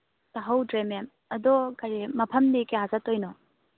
ꯇꯥꯍꯧꯗ꯭ꯔꯦ ꯃꯦꯝ ꯑꯗꯣ ꯀꯔꯤ ꯃꯐꯝꯗꯤ ꯀꯌꯥ ꯆꯠꯇꯣꯏꯅꯣ